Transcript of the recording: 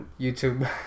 YouTube